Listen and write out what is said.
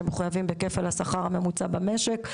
שמחויבים בכפל השכר הממוצע במשק.